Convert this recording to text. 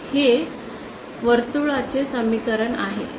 हे वर्तुळाचे समीकरण आहे